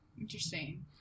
Interesting